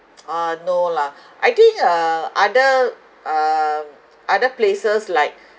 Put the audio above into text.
uh no lah I think uh other um other places like